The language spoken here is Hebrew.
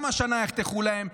גם השנה יחתכו להם.